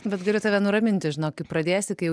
bet galiu tave nuraminti žinok kai pradėsi kai jau